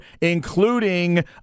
including